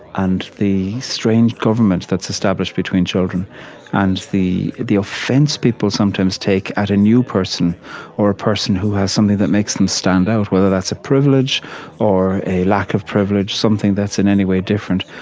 and the strange government that's established between children and the the offense people sometimes take at a new person or a person who has something that makes them stand out, whether that's a privilege or a lack of privilege, something that's in any way different,